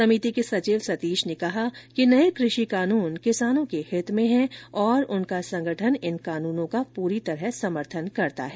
समिति के सचिव सतीश ने कहा कि नए कृषि कानून किसानों के हित में है और उनका संगठन इन कानूनों का पूरी तरह समर्थन करता है